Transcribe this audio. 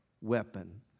weapon